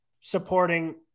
supporting